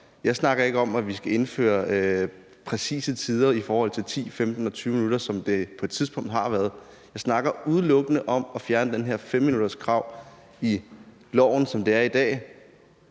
Jeg snakker ikke om, at vi skal indføre præcise tider i forhold til 10, 15 og 20 minutter, som det på et tidspunkt har været. Jeg snakker udelukkende om at fjerne det her 5-minutterskrav i loven, som det er i dag.